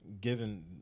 Given